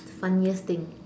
funniest thing